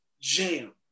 jam